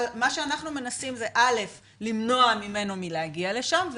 אבל מה שאנחנו מנסים זה למנוע ממנו מלהגיע לשם,